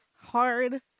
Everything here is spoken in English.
hard